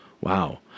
Wow